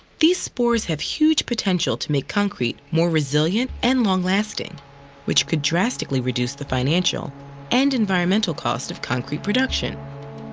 these spores have huge potential to make concrete more resilient and long-lasting which could drastically reduce the financial and environmental cost of concrete production.